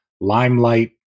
limelight